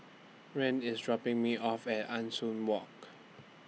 Rand IS dropping Me off At Ah Soo Walk